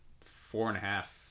four-and-a-half